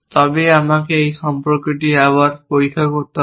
তবেই আমাকে এই সম্পর্কটি আবার পরীক্ষা করতে হবে